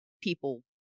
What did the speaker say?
people